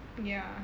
ya